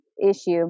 issue